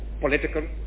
political